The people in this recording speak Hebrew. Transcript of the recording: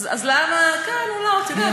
את יודעת,